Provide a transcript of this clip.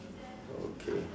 okay